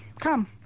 come